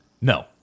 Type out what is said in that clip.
No